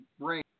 brain